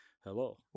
hello